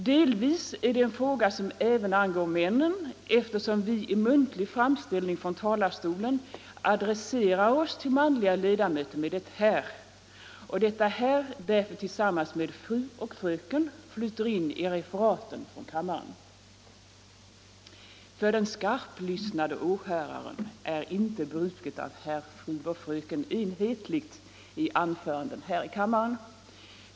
Delvis är det emellertid en fråga som även angår männen, eftersom vi i muntlig framställning från talarstolen adresserar oss till manliga ledamöter med ett herr, och detta herr därför tillsammans med fru och fröken bryter in i referaten från kammaren. För den skarplyssnande åhöraren är inte bruket av herr, fru och fröken enhetligt i anförandena här i kammaren.